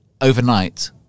overnight